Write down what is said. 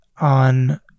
on